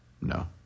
No